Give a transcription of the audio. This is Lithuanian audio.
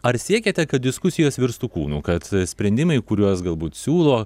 ar siekiate kad diskusijos virstų kūnu kad sprendimai kuriuos galbūt siūlo